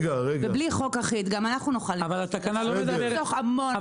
ובלי חוק אחיד גם אנחנו נוכל לחסוך המון כסף.